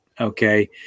okay